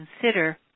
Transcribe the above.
consider